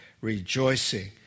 rejoicing